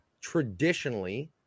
traditionally